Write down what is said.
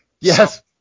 Yes